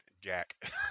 jack